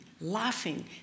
laughing